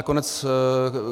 Nakonec